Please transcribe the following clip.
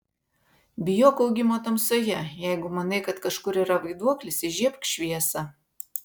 bijok augimo tamsoje jeigu manai kad kažkur yra vaiduoklis įžiebk šviesą